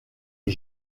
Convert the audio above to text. est